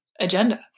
agenda